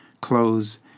clothes